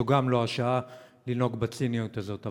זו גם לא השעה לנהוג בציניות הזאת.